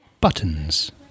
Buttons